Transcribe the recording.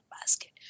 basket